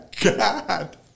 God